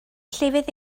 llefydd